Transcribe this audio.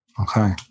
Okay